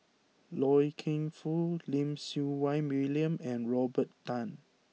Loy Keng Foo Lim Siew Wai William and Robert Tan